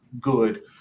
good